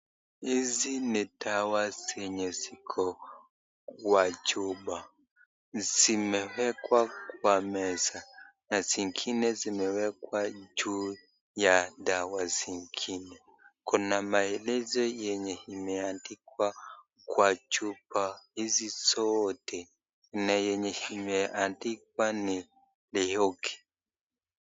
Hizi ni dawa zenye ziko kwa chupa. Zimewekwa kwa meza na zingine zimewekwa juu ya dawa zingine. Kuna maelezo yenye imeandikwa kwa chupa hizi zote na yenye imeandikwa ni oke.